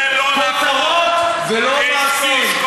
כותרות ולא מעשים.